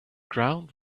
ground